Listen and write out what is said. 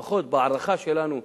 לפחות בהערכה שלנו.